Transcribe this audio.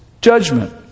judgment